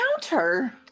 counter